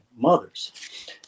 mothers